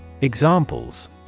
Examples